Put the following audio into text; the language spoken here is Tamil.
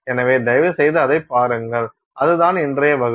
எனவே தயவுசெய்து அதைப் பாருங்கள் அதுதான் இன்றைய வகுப்பு